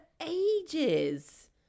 ages